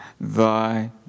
thy